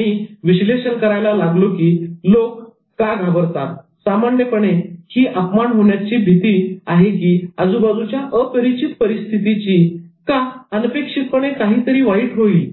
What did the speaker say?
मी विश्लेषण करायला लागलो की लोक का घाबरतात सामान्यपणे ही अपमान होण्याची भीती आहे की आजूबाजूच्या अपरिचित परिस्थितीची का अनपेक्षितपणे काहीतरी वाईट होईल